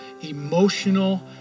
emotional